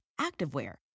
activewear